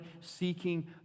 seeking